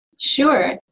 Sure